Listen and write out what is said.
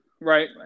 right